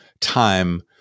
time